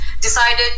decided